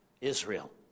Israel